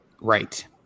Right